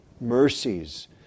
mercies